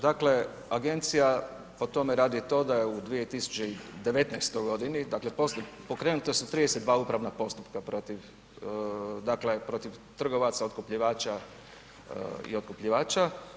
Dakle, agencija o tome radi to da je u 2019. godini dakle poslije, pokrenuta su 32 upravna postupka protiv, dakle protiv trgovaca, otkupljivača i otkupljivača.